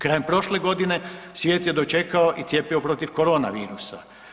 Krajem prošle godine svijet je dočekao i cjepivo protiv korona virusa.